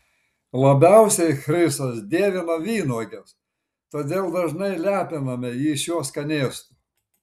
labiausiai chrisas dievina vynuoges todėl dažnai lepiname jį šiuo skanėstu